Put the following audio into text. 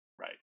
right